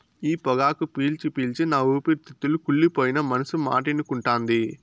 ఈ పొగాకు పీల్చి పీల్చి నా ఊపిరితిత్తులు గుల్లైపోయినా మనసు మాటినకుంటాంది